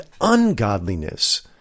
ungodliness